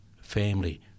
family